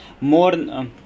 more